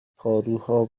پاروها